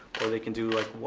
or they can do like,